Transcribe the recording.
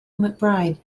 mcbride